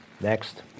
Next